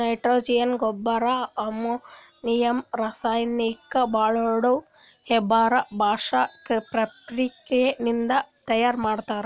nitrogen ಗೊಬ್ಬರ್ ammonia ರಾಸಾಯನಿಕ್ ಬಾಳ್ಸ್ಕೊಂಡ್ ಹೇಬರ್ ಬಾಷ್ ಪ್ರಕ್ರಿಯೆ ನಿಂದ್ ತಯಾರ್ ಮಾಡ್ತರ್